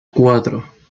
cuatro